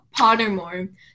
Pottermore